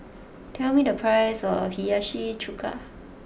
tell me the price of Hiyashi chuka